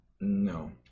No